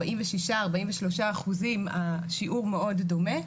46% השיעור מאוד דומה,